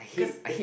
because it